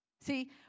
See